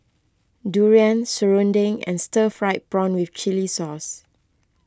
Durian Serunding and Stir Fried Prawn with Chili Sauce